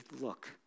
look